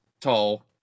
tall